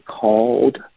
called